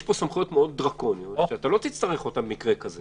יש פה סמכויות דרקוניות מאוד שאתה לא תצטרך אותן במקרה כזה.